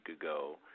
ago